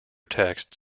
texts